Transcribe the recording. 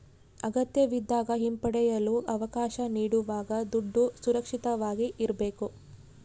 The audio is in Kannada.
ಅಗತ್ಯವಿದ್ದಾಗ ಹಿಂಪಡೆಯಲು ಅವಕಾಶ ನೀಡುವಾಗ ದುಡ್ಡು ಸುರಕ್ಷಿತವಾಗಿ ಇರ್ಬೇಕು